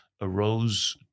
arose